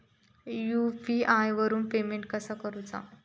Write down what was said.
UPI वरून payment कसा करूचा?